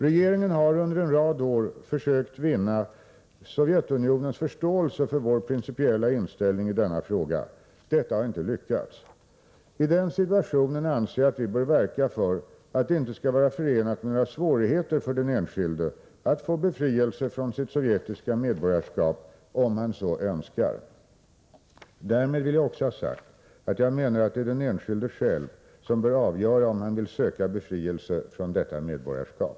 Regeringen har under en rad år försökt vinna Sovjetunionens förståelse för vår principiella inställning i denna fråga. Detta har inte lyckats. I denna situation anser jag att vi bör verka för att det inte skall vara förenat med några svårigheter för den enskilde att få befrielse från sitt sovjetiska medborgarskap, om han så önskar. Därmed vill jag också ha sagt att jag menar att det är den enskilde själv, som bör avgöra om han vill söka befrielse från detta medborgarskap.